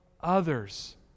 others